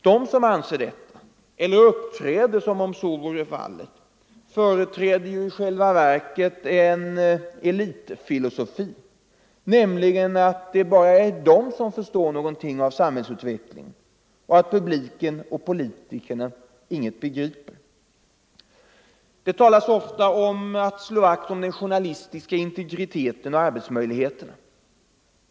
De som anser detta eller uppträder som om så vore fallet företräder i själva verket en elitfilosofi, nämligen att det bara är de som förstår något av samhällsutvecklingen och att publiken och politikerna inget begriper. Det talas ofta om att slå vakt om den journalistiska integriteten och arbetsmöjligheterna.